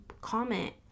comment